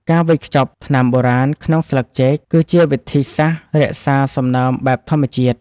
ការវេចខ្ចប់ថ្នាំបុរាណក្នុងស្លឹកចេក គឺជាវិធីសាស្ត្ររក្សាសំណើមបែបធម្មជាតិ។